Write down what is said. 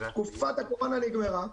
תקופת הקורונה נגמרה,